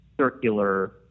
circular